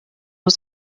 was